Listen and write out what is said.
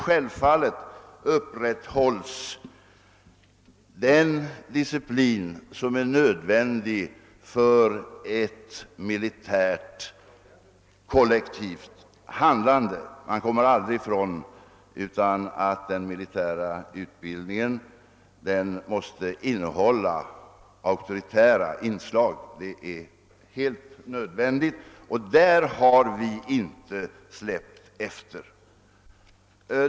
Självfallet upprätthålls den disciplin som är nödvändig för ett militärt kollektivt handlande. Den militära utbildningen måste ha auktoritära inslag — det kommer vi aldrig ifrån — och när det gäller dessa har vi inte släppt efter.